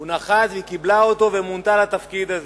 הוא נחת והיא קיבלה אותו ומונתה לתפקיד הזה.